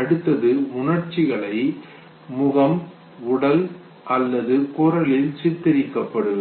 அடுத்தது உணர்ச்சிகளை முகம் உடல் அல்லது குரலில் சித்தரிக்கப்படுவது